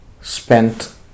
spent